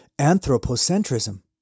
anthropocentrism